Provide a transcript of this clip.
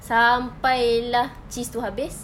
sampai lah cheese itu habis